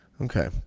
Okay